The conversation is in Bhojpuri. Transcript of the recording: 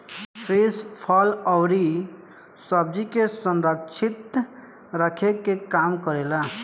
फ्रिज फल अउरी सब्जी के संरक्षित रखे के काम करेला